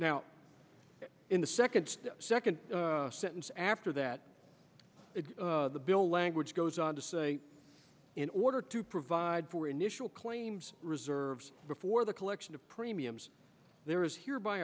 now in the second second sentence after that the bill language goes on to say in order to provide for initial claims reserves before the collection of premiums there is hereby